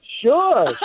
Sure